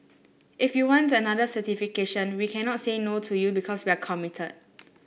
if you want another certification we cannot saying no to you because we're committed